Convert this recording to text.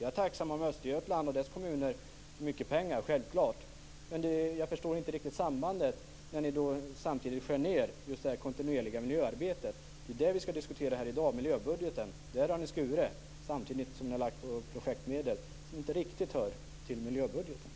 Jag är tacksam om Östergötland och dess kommuner får mycket pengar, självklart. Men jag förstår inte riktigt sambandet när ni samtidigt skär ned det kontinuerliga miljöarbetet. Det är ju miljöbudgeten vi skall diskutera här i dag. Där har ni skurit, samtidigt som ni har lagt på projektmedel som inte riktigt hör till miljöbudgeten.